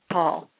Paul